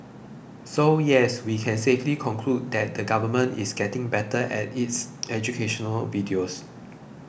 so yes we can safely conclude that the government is getting better at its educational videos